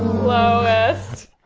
lowest.